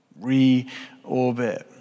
Reorbit